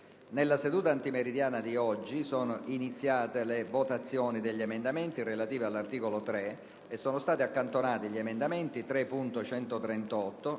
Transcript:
nella seduta antimeridiana ha avuto inizio la votazione degli emendamenti riferiti all'articolo 3 e sono stati accantonati gli emendamenti 3.138,